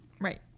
Right